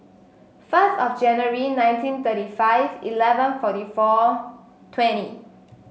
first of January nineteen thirty five eleven forty four twenty